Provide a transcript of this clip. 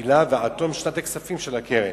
התחילה ועד תום שנת הכספים של הקרן.